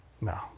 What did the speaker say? No